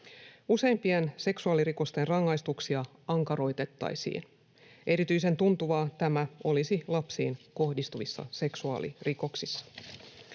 Useimpien seksuaalirikosten rangaistuksia ankaroitettaisiin. Erityisen tuntuvaa tämä olisi lapsiin kohdistuvissa seksuaalirikoksissa.